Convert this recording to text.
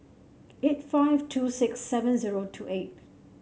eight five two six seven zero two eight